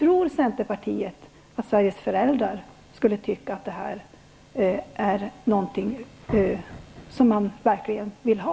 Tror centern att Sveriges föräldrar skulle tycka att detta är något som de verkligen vill ha?